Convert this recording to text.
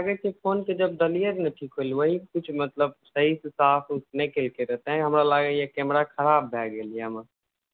हमरा लागै छै फोनके जब देलियै लऽ ने ठीक होइ लए ओहि किछु मतलब सहीसॅं साफ़ ऊफ नहि केलकै र तैं हमरा लागै यऽ कैमरा ख़राब भऽ गेल यऽ हमर